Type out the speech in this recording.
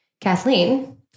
Kathleen